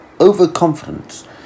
overconfidence